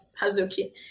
Hazuki